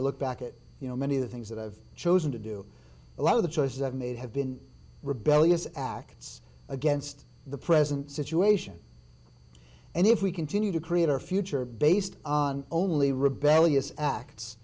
i look back at you know many of the things that i've chosen to do a lot of the choices i've made have been rebellious acts against the present situation and if we continue to create our future based on only rebellious act